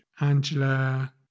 Angela